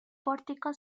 pórtico